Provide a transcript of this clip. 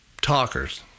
talkers